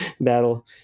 battle